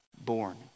born